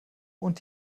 und